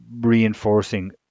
reinforcing